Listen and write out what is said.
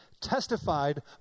testified